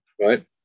Right